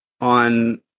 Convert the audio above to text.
on